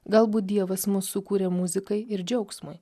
galbūt dievas mus sukūrė muzikai ir džiaugsmui